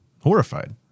Horrified